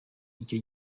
icyo